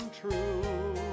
true